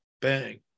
bang